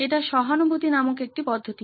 এটি সহানুভূতি নামক একটি পদ্ধতি